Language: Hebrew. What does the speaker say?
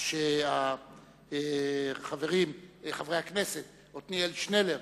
את חברי הכנסת עתניאל שנלר